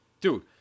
Dude